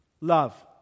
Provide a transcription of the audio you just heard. love